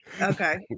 Okay